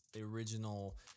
Original